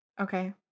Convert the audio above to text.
Okay